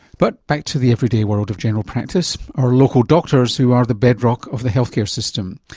but back to the everyday world of general practice, our local doctors, who are the bedrock of the healthcare system.